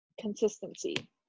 consistency